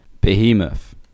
Behemoth